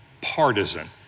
partisan